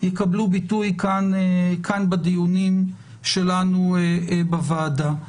יקבלו ביטוי כאן בדיונים שלנו בוועדה.